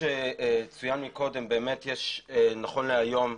שצוין קודם נכון להיום,